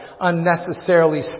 unnecessarily